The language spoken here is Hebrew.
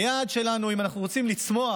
אם אנחנו רוצים לצמוח